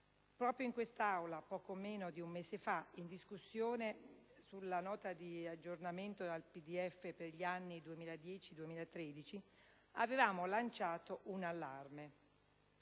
Proprio in quest'Aula, poco meno di un mese fa, in discussione sulla Nota di aggiornamento al DPEF per gli anni 2010-2013, avevamo lanciato un allarme,